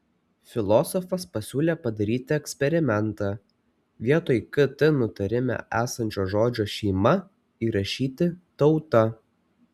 filosofas pasiūlė padaryti eksperimentą vietoj kt nutarime esančio žodžio šeima įrašyti tauta